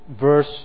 verse